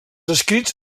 escrits